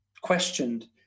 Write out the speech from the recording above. questioned